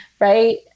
right